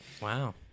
Wow